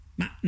ma